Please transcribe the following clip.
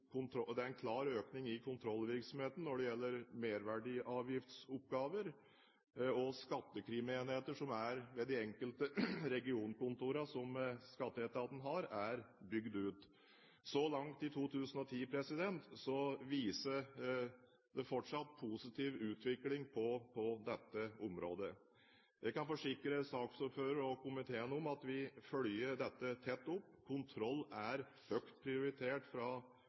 kontrollvirksomheten når det gjelder merverdiavgiftsoppgaver, og skattekrimenheter som er ved de enkelte regionkontorene som skatteetaten har, er bygd ut. Så langt i 2010 viser det fortsatt positiv utvikling på dette området. Jeg kan forsikre saksordføreren og komiteen om at vi følger dette tett opp. Kontroll er høyt prioritert fra